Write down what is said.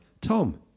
Tom